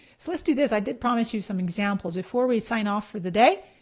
so let's do this, i did promise you some examples. before we sign off for the day.